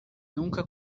nunca